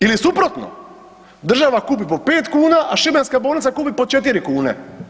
Ili suprotno, država kupi po 5 kn, a šibenska bolnica kupi po 4 kune.